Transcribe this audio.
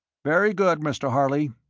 very good, mr. harley,